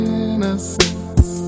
innocence